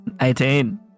Eighteen